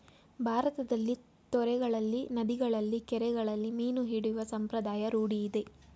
ಭಾರತದಲ್ಲಿ ತೊರೆಗಳಲ್ಲಿ, ನದಿಗಳಲ್ಲಿ, ಕೆರೆಗಳಲ್ಲಿ ಮೀನು ಹಿಡಿಯುವ ಸಂಪ್ರದಾಯ ರೂಢಿಯಿದೆ